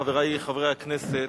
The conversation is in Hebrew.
חברי חברי הכנסת,